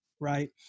right